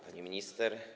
Pani Minister!